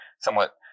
somewhat